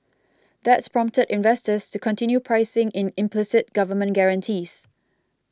that's prompted investors to continue pricing in implicit government guarantees